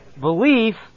belief